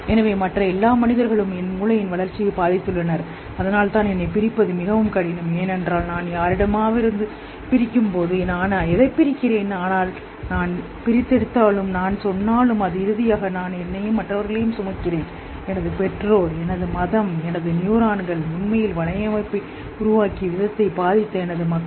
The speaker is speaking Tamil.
எனவே மற்ற எல்லா மனிதர்களும் என் மூளையின் வளர்ச்சியை பாதித்துள்ளனர் அதனால்தான் என்னைப் பிரிப்பது மிகவும் கடினம் ஏனென்றால் நான் யாரிடமிருந்து பிரிக்கும்போது நான் எதைப் பிரிக்கிறேன் ஆனால் நான் பிரித்தெடுத்தாலும் நான் சொன்னாலும் அது இறுதியாக என்னை நானும் மற்றவர்களையும் சுமக்கிறேன் எனது பெற்றோர் எனது மதம் எனது நியூரான்கள் உண்மையில் வலையமைப்பை உருவாக்கிய விதத்தை பாதித்த எனது மக்கள்